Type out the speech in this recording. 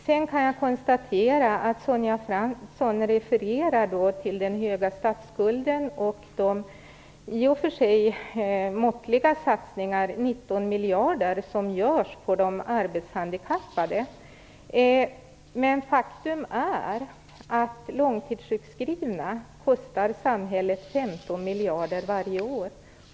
Sonja Fransson refererar till den höga statsskulden och de i och för sig måttliga satsningarna - det rör sig om 19 miljarder kronor - på arbetshandikappade. Men faktum är att långtidssjukskrivna kostar samhället 15 miljarder kronor varje år.